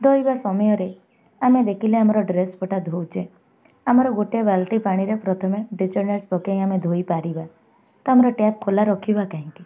ଧୋଇବା ସମୟରେ ଆମେ ଦେଖିଲେ ଆମର ଡ୍ରେସ୍ ପଟା ଧଉଛେ ଆମର ଗୋଟେ ବାଲ୍ଟି ପାଣିରେ ପ୍ରଥମେ ଡିଟରଜେଣ୍ଟ୍ ପକେଇ ଆମେ ଧୋଇପାରିବା ତ ଆମର ଟ୍ୟାପ୍ ଖୋଲା ରଖିବା କାହିଁକି